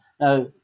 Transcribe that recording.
now